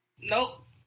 Nope